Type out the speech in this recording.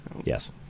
yes